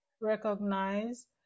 recognize